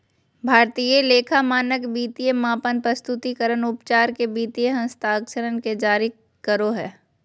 भारतीय लेखा मानक वित्तीय मापन, प्रस्तुतिकरण, उपचार के वित्तीय हस्तांतरण के जारी करो हय